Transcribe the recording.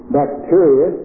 bacteria